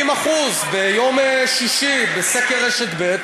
40% ביום שישי בסקר רשת ב',